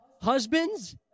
Husbands